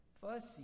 Fussy